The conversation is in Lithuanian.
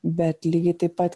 bet lygiai taip pat